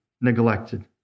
neglected